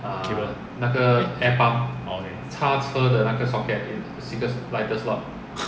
cable eh orh okay